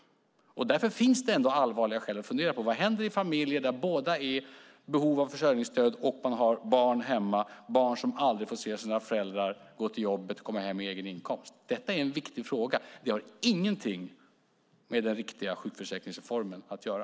Därför finns det allvarliga skäl att fundera på vad som händer i familjer där båda är i behov av försörjningsstöd, har barn hemma och de aldrig får se sina föräldrar gå till jobbet och komma hem med egen inkomst. Det är en viktig fråga. Det har ingenting med den riktiga sjukförsäkringsreformen att göra.